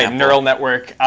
um neural network.